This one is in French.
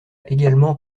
également